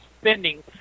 spending